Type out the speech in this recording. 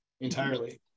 entirely